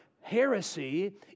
heresy